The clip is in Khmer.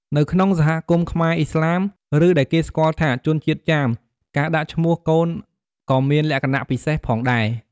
នៅក្នុងសហគមន៍ខ្មែរឥស្លាម ឬដែលគេស្គាល់ថាជនជាតិចាម ការដាក់ឈ្មោះកូនក៏មានលក្ខណៈពិសេសផងដែរ។